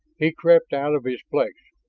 he crept out of his place,